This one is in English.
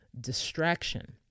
distraction